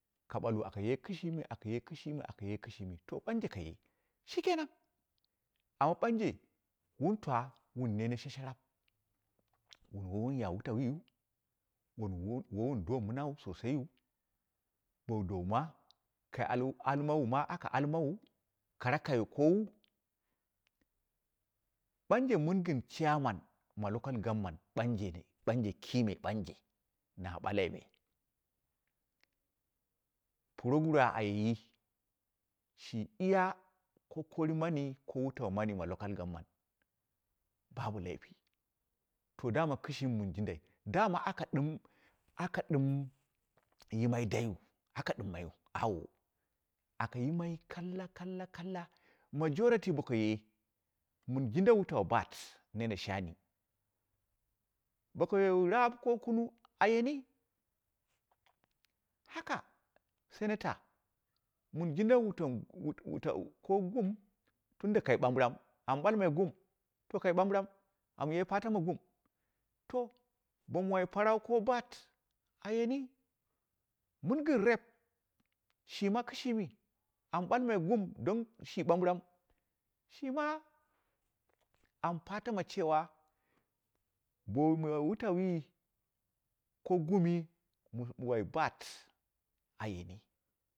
Ka ɓallu aka ye kɨshimi aka ye kɨ shimi to ɓanje kaye shi kenan amma ɓanje wun twa wun nene shasharap wuni woi wun ya wutauwiyu wuni wowun do mɨna sosaiyu bowu dowu ma almawu ma aka almawu kara kayo kawu ɓanje mɨn gin chairman ma local government ɓanje ɓanje kime na ɓalai me puroguru a ayeyi shi iya kokari mani ko wutau wutau mani ma local government babu laifi to daman kɨshimi mɨn jindai daman aka ɗɨm aka ɗɨm yimai daiyu aka ɗɨmmaiyu auwo aka yimai kalla kalla kalla. majority boko ye mɨn jinda wutau baat nene shani boko ye raap ko kunung ayena haka senator mɨn jinda wutau ko gum tunda kai bambɨram am ɓalmai gum kai bambɨram shi ma amfata ma cewa ɓomu wai wutauwi ko gum bila mɨ wai baat a yeni